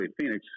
Phoenix